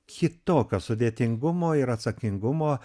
kitokio sudėtingumo ir atsakingumo